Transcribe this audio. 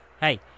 Hey